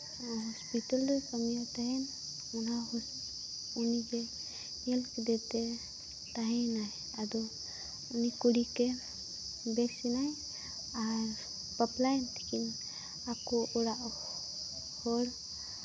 hospital ᱨᱮ ᱠᱟᱢᱤᱭᱮᱜ ᱛᱟᱦᱮᱱ ᱚᱱᱟ ᱦᱚᱥᱯᱤᱴᱟᱞ ᱩᱱᱤ ᱜᱮ ᱧᱮᱞ ᱠᱮᱫᱮ ᱛᱮ ᱛᱟᱦᱮᱸᱭᱮᱱᱟᱭ ᱟᱫᱚ ᱩᱱᱤ ᱠᱩᱲᱤᱠᱮ ᱵᱮᱥ ᱮᱱᱟᱭ ᱵᱟᱯᱞᱟᱭᱮᱱ ᱛᱮᱠᱤᱱ ᱟᱠᱚ ᱚᱲᱟᱜ ᱦᱚᱲ